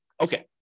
Okay